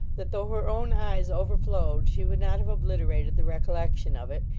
that though her own eyes overflowed she would not have obliterated the recollection of it,